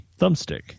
thumbstick